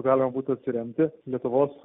galima būtų atsiremti lietuvos